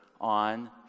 on